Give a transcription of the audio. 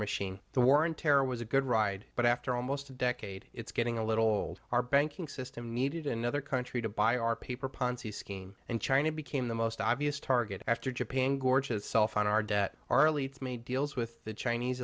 machine the war on terror was a good ride but after almost a decade it's getting a little old our banking system needed another country to buy our paper ponzi scheme and china became the most obvious target after japan gorgeous self on our debt our elites made deals with the chinese